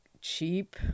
cheap